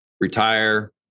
retire